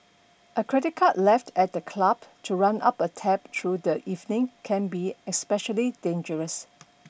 a credit card left at the club to run up a tab through the evening can be especially dangerous